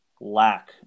lack